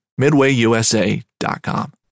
MidwayUSA.com